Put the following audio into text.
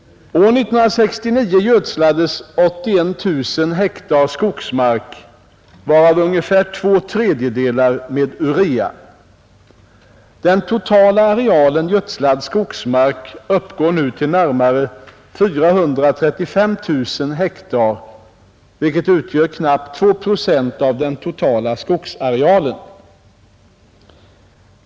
År 1969 gödslades 81 000 ha skogsmark, varav ungefär två tredjedelar med urea. Den totala arealen gödslad skogsmark uppgår nu till närmare 435 000 ha, vilket utgör knappt två procent av den totala skogsarealen.